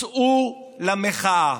צאו למחאה.